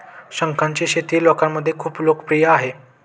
शंखांची शेती लोकांमध्ये खूप लोकप्रिय आहे